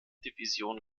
division